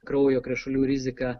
kraujo krešulių riziką